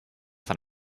than